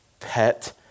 pet